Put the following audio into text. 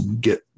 get